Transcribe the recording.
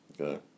Okay